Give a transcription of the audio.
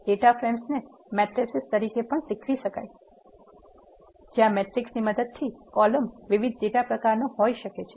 data ફ્રેમ્સને matrices તરીકે પણ શીખવી શકાય છે જ્યાં મેટ્રિક્સની દરેક કોલમ વિવિધ ડેટા પ્રકારનો હોઈ શકે છે